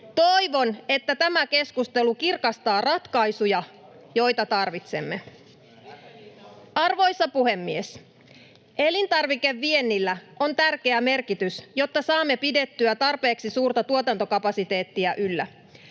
on? — Perussuomalaisten ryhmästä: Varmasti kirkastaa!] Arvoisa puhemies! Elintarvikeviennillä on tärkeä merkitys, jotta saamme pidettyä tarpeeksi suurta tuotantokapasiteettia yllä.